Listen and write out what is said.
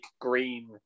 green